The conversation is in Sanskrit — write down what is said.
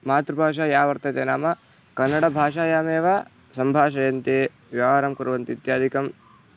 मातृभाषा या वर्तते नाम कन्नडभाषायामेव सम्भाषयन्ति व्यवहारं कुर्वन्ति इत्यादिकं